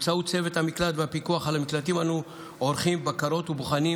באמצעות צוות המקלט והפיקוח על המקלטים אנו עורכים בקרות ובוחנים